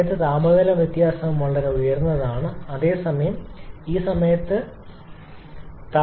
ഈ സമയത്ത് താപനില വ്യത്യാസം വളരെ ഉയർന്നതാണ് അതേസമയം ഈ സമയത്ത് താപനില വ്യത്യാസം വളരെ കുറവാണ്